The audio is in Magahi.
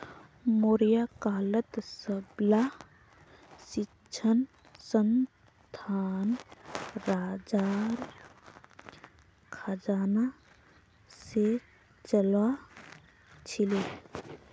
मौर्य कालत सबला शिक्षणसंस्थान राजार खजाना से चलअ छीले